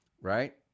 right